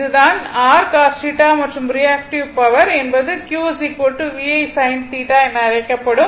இதுதான் r cos θ மற்றும் reactive power என்பது Q VI sin θ என அழைக்கப்படும்